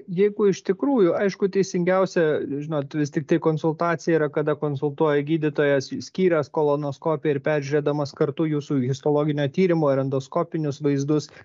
jeigu iš tikrųjų aišku teisingiausia žinot vis tiktai konsultacija yra kada konsultuoja gydytojas skyręs kolonoskopiją ir peržiūrėdamas kartu jūsų histologinio tyrimo ir endoskopinius vaizdus